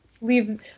leave